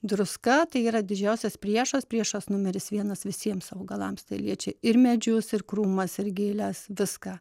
druska tai yra didžiausias priešas priešas numeris vienas visiems augalams tai liečia ir medžius ir krūmas ir gėles viską